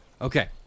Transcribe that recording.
Okay